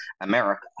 America